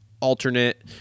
Alternate